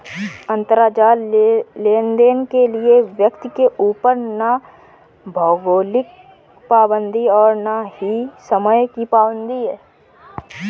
अंतराजाल लेनदेन के लिए व्यक्ति के ऊपर ना भौगोलिक पाबंदी है और ना ही समय की पाबंदी है